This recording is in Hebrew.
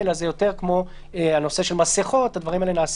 תמשיך.